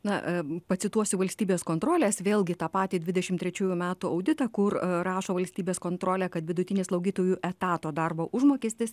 na pacituosiu valstybės kontrolės vėlgi tą patį dvidešim trečiųjų metų auditą kur rašo valstybės kontrolė kad vidutinis slaugytojų etato darbo užmokestis